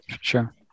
sure